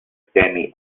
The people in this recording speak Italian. sistemi